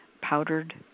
powdered